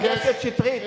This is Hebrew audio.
חבר הכנסת שטרית,